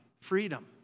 Freedom